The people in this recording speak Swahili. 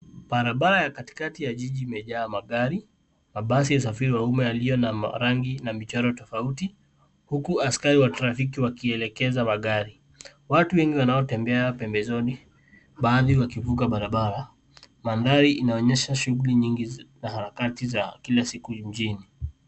Barabara katikati ya jiji imejaa magari, mabasi ya usafiri yaliyo na rangi na michoro tofauti huku askari wakielekeza magari. Watu wengi wanaotembea pembezoni baadhi wakivuka barabaraMandhari inaonyesha shughuli nyingi na harakati za kila siku jijini.